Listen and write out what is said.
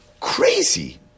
Crazy